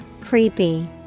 Creepy